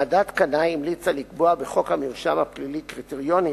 ועדת-קנאי המליצה לקבוע בחוק המרשם הפלילי קריטריונים